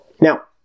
Now